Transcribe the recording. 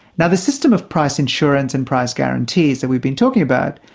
now the system of price insurance and price guarantees that we've been talking about,